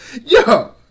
yo